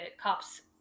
cops